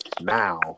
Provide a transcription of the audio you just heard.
now